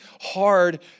hard